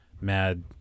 Mad